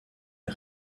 est